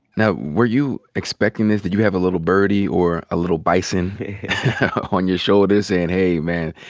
now, were you expecting this? did you have a little birdie or a little bison on your shoulder sayin', hey, man,